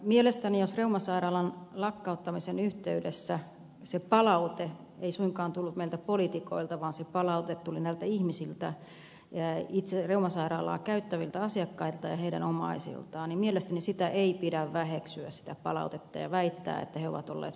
kun reumasairaalan lakkauttamisen yhteydessä se palaute ei suinkaan tullut meiltä poliitikoilta vaan se palaute tuli näiltä ihmisiltä itse reumasairaalaa käyttäviltä asiakkailta ja heidän omaisiltaan niin mielestäni sitä palautetta ei pidä väheksyä ja väittää että he ovat olleet väärässä